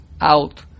out